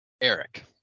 Eric